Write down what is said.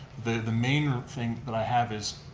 the main thing that i have is,